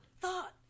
thought